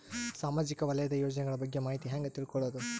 ಸಾಮಾಜಿಕ ವಲಯದ ಯೋಜನೆಗಳ ಬಗ್ಗೆ ಮಾಹಿತಿ ಹ್ಯಾಂಗ ತಿಳ್ಕೊಳ್ಳುದು?